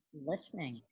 listening